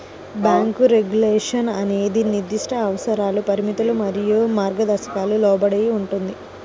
bank regulation అనేది నిర్దిష్ట అవసరాలు, పరిమితులు మరియు మార్గదర్శకాలకు లోబడి ఉంటుంది,